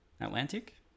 Atlantic